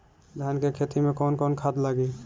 धान के खेती में कवन कवन खाद लागी?